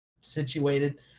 situated